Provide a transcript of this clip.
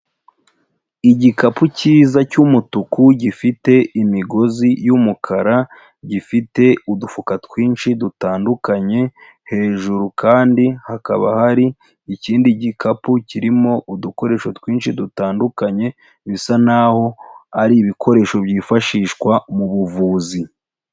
Igikapu cyiza cy’umutuku gifite imigozi y’umukara, gifite udufuka twinshi dutandukanye, hejuru kandi hakaba hari ikindi gikapu kirimo udukoresho twinshi dutandukanye, bisa naho ari ibikoresho byifashishwa mu buvuzi.